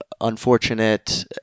unfortunate